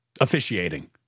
officiating